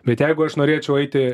bet jeigu aš norėčiau eiti